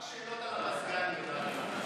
רק שאלות על המזגן היא יודעת.